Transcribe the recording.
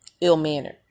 ill-mannered